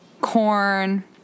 corn